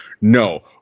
No